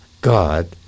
God